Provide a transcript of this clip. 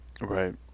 Right